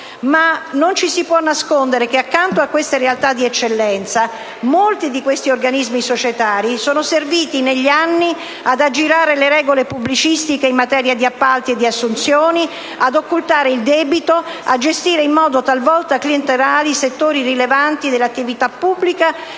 Ma non ci si può nascondere che accanto a queste realtà di eccellenza, molti di questi organismi societari sono serviti, negli anni, ad aggirare le regole pubblicistiche in materia di appalti e di assunzioni, ad occultare il debito, a gestire in modo talvolta clientelare settori rilevanti dell'attività pubblica